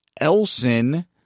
Elson